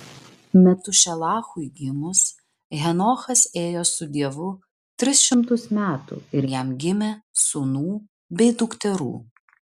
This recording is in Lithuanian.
metušelachui gimus henochas ėjo su dievu tris šimtus metų ir jam gimė sūnų bei dukterų